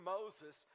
Moses